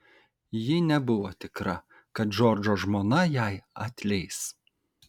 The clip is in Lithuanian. ji nebuvo tikra kad džordžo žmona jai atleis